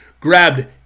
grabbed